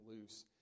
loose